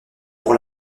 pour